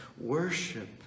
Worship